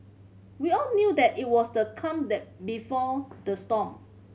we all knew that it was the calm the before the storm